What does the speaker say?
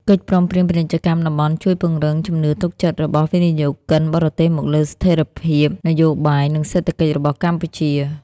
កិច្ចព្រមព្រៀងពាណិជ្ជកម្មតំបន់ជួយពង្រឹងជំនឿទុកចិត្តរបស់វិនិយោគិនបរទេសមកលើស្ថិរភាពនយោបាយ និងសេដ្ឋកិច្ចរបស់កម្ពុជា។